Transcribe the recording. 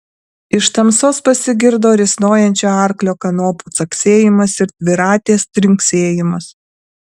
iš tamsos pasigirdo risnojančio arklio kanopų caksėjimas ir dviratės trinksėjimas